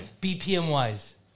BPM-wise